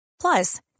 Plus